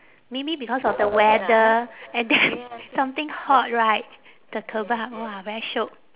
maybe because of the weather and then something hot right the kebab !wah! very shiok